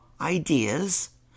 ideas